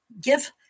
give